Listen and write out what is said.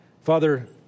Father